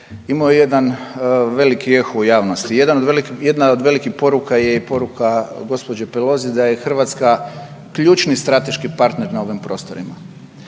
imao je jedan veliki eho u javnosti, jedna od velikih poruka je i poruka gospođe Pelosi da je Hrvatska ključni strateški partner na ovim prostorima.